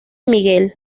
miguel